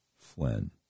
Flynn